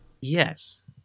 yes